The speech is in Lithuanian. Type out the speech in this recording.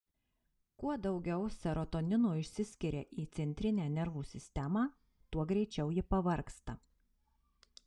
kuo daugiau serotonino išsiskiria į centrinę nervų sistemą tuo greičiau ji pavargsta